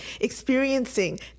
experiencing